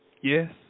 Yes